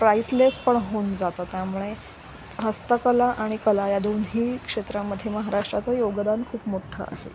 price लेस पण होऊन जातं त्यामुळे हस्तकला आणि कला या दोनही क्षेत्रामध्ये महाराष्ट्राचं योगदान खूप मोठं आहे